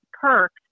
perks